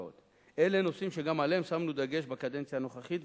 אלה נושאים שגם עליהם שמנו דגש בקדנציה הנוכחית,